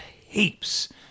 heaps